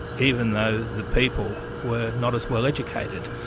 even though the people were not as well educated.